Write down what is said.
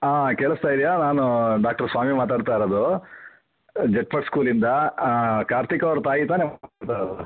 ಹಾಂ ಕೇಳಿಸ್ತಾ ಇದೆಯಾ ನಾನು ಡಾಕ್ಟರ್ ಸ್ವಾಮಿ ಮಾತಾಡ್ತಾ ಇರೋದು ಜಟ್ಪಟ್ ಸ್ಕೂಲಿಂದ ಕಾರ್ತಿಕ್ ಅವ್ರ ತಾಯಿ ತಾನೇ